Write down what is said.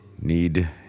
Need